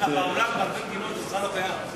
אגב, בעולם, בהרבה מדינות זה בכלל לא קיים.